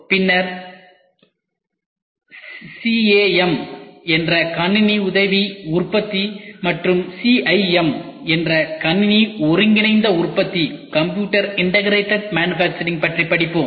பின்னர் CAM என்ற கணினி உதவி உற்பத்தி மற்றும் CIM என்ற கணினி ஒருங்கிணைந்த உற்பத்தி பற்றி படிப்போம்